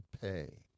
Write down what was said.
pay